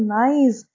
nice